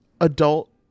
adult